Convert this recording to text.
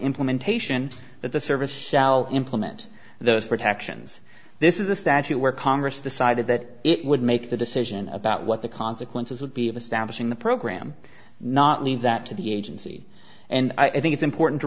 implementation that the service shall implement those protections this is the statue where congress decided that it would make the decision about what the consequences would be of us damaging the program not leave that to the agency and i think it's important to